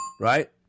Right